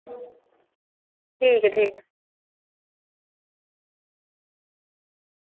ठीक ऐ ठीक ऐ